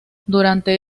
durante